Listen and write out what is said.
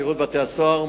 שירות בתי-הסוהר,